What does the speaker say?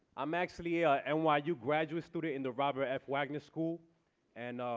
i'm actually ah and why you graduate student in the robert f. wagner school and.